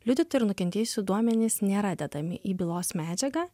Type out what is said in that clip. liudytojų ir nukentėjusių duomenys nėra dedami į bylos medžiagą